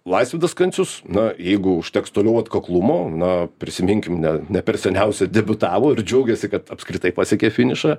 laisvidas kancius na jeigu užteks toliau atkaklumo na prisiminkim ne ne per seniausia debiutavo ir džiaugėsi kad apskritai pasiekė finišą